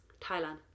Thailand